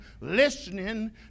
listening